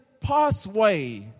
pathway